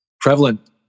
prevalent